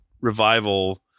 revival